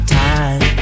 time